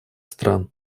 стран